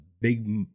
Big